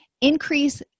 increase